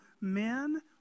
men